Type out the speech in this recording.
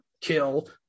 kill